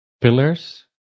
pillars